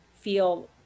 feel